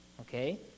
okay